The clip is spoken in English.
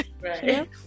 Right